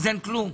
אין כלום.